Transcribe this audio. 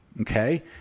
okay